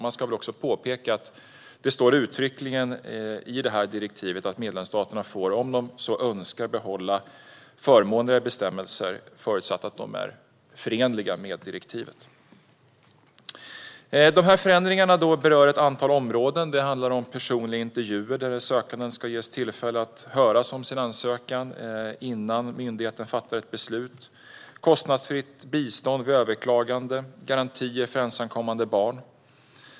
Man ska också påpeka att det står uttryckligen i det här direktivet att medlemsstaterna får, om de så önskar, behålla förmånligare bestämmelser förutsatt att de är förenliga med direktivet. De här förändringarna berör ett antal områden. Det handlar om personliga intervjuer där sökanden ges tillfälle att höras om sin ansökan innan myndigheten fattar ett beslut, kostnadsfritt bistånd vid överklagande, garantier för ensamkommande barn.